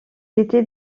étaient